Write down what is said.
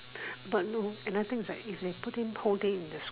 but no another thing is like if they put in whole day in the S_C